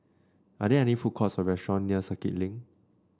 are there any food courts or restaurant near Circuit Link